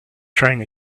trying